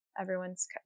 Everyone's